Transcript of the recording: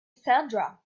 sandra